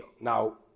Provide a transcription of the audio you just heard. Now